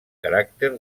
caràcter